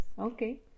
Okay